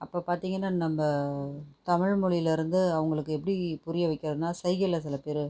அப்போ பார்த்தீங்கன்னா நம்ம தமிழ் மொழியிலிருந்து அவங்களுக்கு எப்படி புரிய வைக்கிறதுன்னால் சைகையில் சில பேர்